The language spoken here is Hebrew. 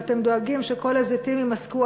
ואתם דואגים שכל הזיתים יימסקו,